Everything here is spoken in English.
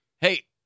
hey